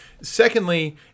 Secondly